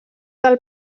del